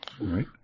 right